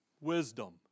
Wisdom